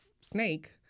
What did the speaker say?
snake